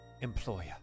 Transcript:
employer